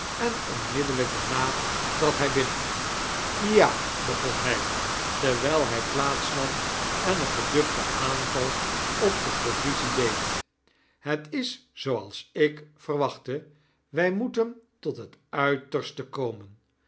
en onmiddellyk daarna trad hij binnen ja begon hy terwijl hij plaats nam en een geduchten aanval op de provisie deed ff het is zooals ik verwachtte wy moeten tot het uiterste komen